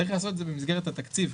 צריך לעשות את זה במסגרת התקציב,